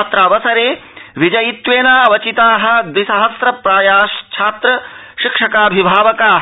अत्रावसरेविजयित्वेन अवचिता द्विसहस्रप्रायाश्छात्र शिक्षकाभिभावका